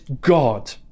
God